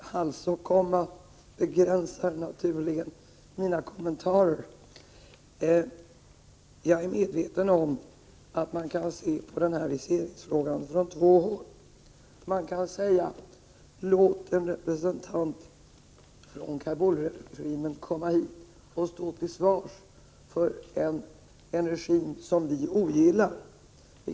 Fru talman! Jag tackar utrikesministern för svaret. En halsåkomma begränsar naturligen mina kommentarer. Jag är medveten om att man kan se på den här viseringsfrågan från två håll. Man kan säga: Låt en representant från Kabulregimen komma hit och stå till svars för en regim som vi ogillar.